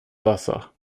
wasser